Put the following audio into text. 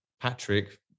Patrick